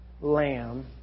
lamb